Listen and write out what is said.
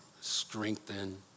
strengthen